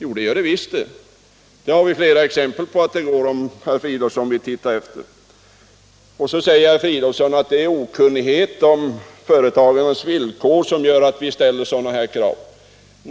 Jodå, det gör det visst; det har vi flera exempel på, som herr Fridolfsson kan finna om han vill se efter. Och så säger herr Fridolfsson vidare att det är okunnigheten om företagarnas villkor som gör att vi ställer sådana krav.